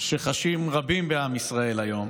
שחשים רבים בעם ישראל היום,